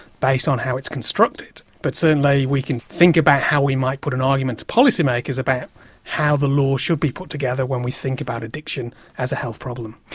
based on how it's constructed, but certainly we can think about how we might put an argument to policymakers about how the law should be put together when we think about addiction as a health problem.